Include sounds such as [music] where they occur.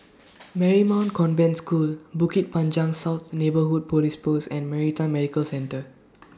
[noise] Marymount Convent School Bukit Panjang South Neighbourhood Police Post and Maritime Medical Centre [noise]